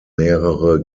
mehrere